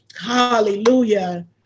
hallelujah